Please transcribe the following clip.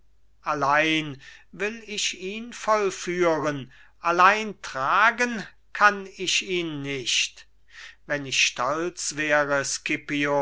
allein will ich ihn vollführen allein tragen kann ich ihn nicht wenn ich stolz wäre